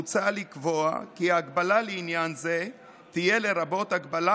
מוצע לקבוע כי ההגבלה לעניין זה תהיה לרבות הגבלה